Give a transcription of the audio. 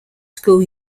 school